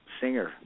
singer